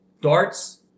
Darts